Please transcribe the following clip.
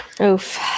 Oof